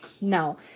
No